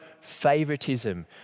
favoritism